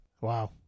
Wow